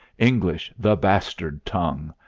english, the bastard tongue.